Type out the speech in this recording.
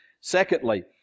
Secondly